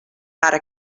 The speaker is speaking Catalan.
ara